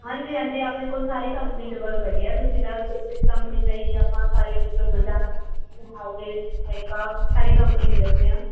ਹਾਂਜੀ ਹਾਂਜੀ ਆਪਣੇ ਕੋਲ ਸਾਰੀ ਕੰਪਨੀ ਦੇ ਬੱਲਬ ਹੈਗੇ ਹੈ ਤੁਸੀਂ ਦੱਸ ਦਿਓ ਕਿਹੜੀ ਕੰਪਨੀ ਚਾਹੀਦੀ ਆਪਾਂ ਸਾਰੇ ਮਤਲਬ ਬਜਾਜ ਸਾਰੇ ਕੰਪਨੀ ਦੇ ਰੱਖਦੇ ਹਾਂ